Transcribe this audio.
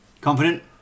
confident